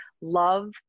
love